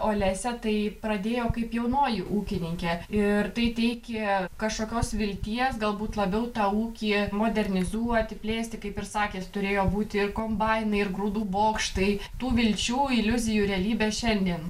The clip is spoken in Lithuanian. olesia tai pradėjo kaip jaunoji ūkininkė ir tai teikė kažkokios vilties galbūt labiau tą ūkį modernizuoti plėsti kaip ir sakėt turėjo būti ir kombainai ir grūdų bokštai tų vilčių iliuzijų realybės šiandien